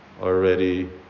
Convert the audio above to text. already